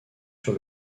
sur